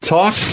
Talk